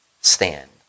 stand